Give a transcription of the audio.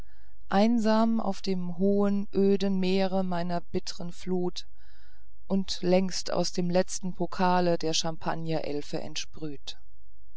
einsam auf dem hohen öden meere deiner bittern flut und längst aus dem letzten pokale der champagner